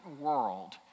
world